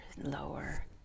lower